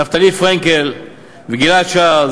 נפתלי פרנקל וגיל-עד שער,